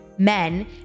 men